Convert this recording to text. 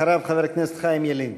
אחריו, חבר הכנסת חיים ילין.